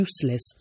useless